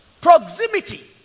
Proximity